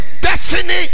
destiny